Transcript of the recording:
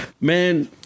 man